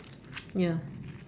ya